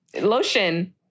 lotion